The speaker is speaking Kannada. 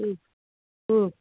ಹ್ಞೂ ಹ್ಞೂ